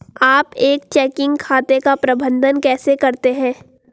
आप एक चेकिंग खाते का प्रबंधन कैसे करते हैं?